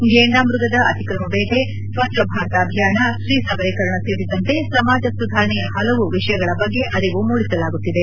ಫೇಂಡಾಮೃಗದ ಅತ್ರಿಮ ದೇಟೆ ಸ್ವಚ್ದಭಾರತ ಅಭಿಯಾನ ಸ್ತೀ ಸಬಲೀಕರಣ ಸೇರಿದಂತೆ ಸಮಾಜ ಸುಧಾರಣೆಯ ಹಲವು ವಿಷಯಗಳ ಬಗ್ಗೆ ಅರಿವು ಮೂಡಿಸಲಾಗುತ್ತದೆ